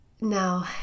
Now